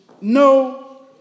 no